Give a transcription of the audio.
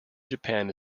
japan